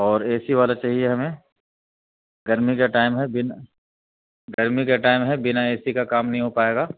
اور A C والا چاہیے ہمیں گرمی کا ٹائم ہے بنا گرمی کا ٹائم ہے بنا اے سی کا کام نہیں ہو پائے گا